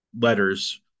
letters